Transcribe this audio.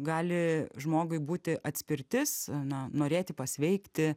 gali žmogui būti atspirtis na norėti pasveikti